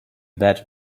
that